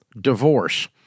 Divorce